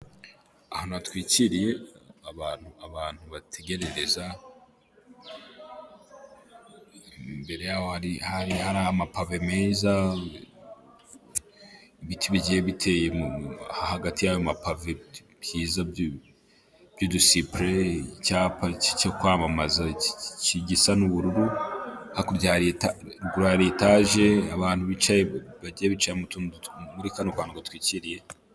Ahantu hatwikiriye, abantu, abantu bategerereza, imbere yaho hari amapa meza, ibiti bigiye biteye hagati y'amavi byiza by'udusipure, icyapa cyo kwamamaza gisa n'ubururu, hakurya hari etaje abantu bicaye bagiye bica muri kano kantu gatwikiriye.